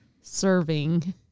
serving